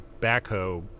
backhoe